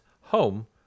home